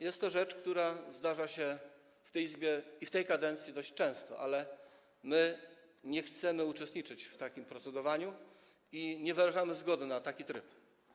Jest to rzecz, która zdarza się w tej Izbie i w tej kadencji dość często, ale my nie chcemy uczestniczyć w takim procedowaniu i nie wyrażamy zgody na taki tryb.